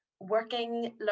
working